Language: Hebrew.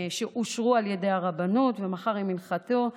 שאושרו על ידי הרבנות, ומחר הם ינחתו.